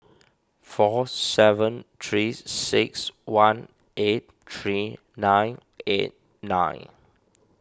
four seven three six one eight three nine eight nine